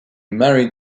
married